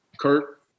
Kurt